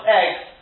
eggs